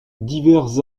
divers